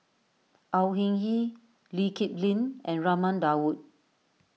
Au Hing Yee Lee Kip Lin and Raman Daud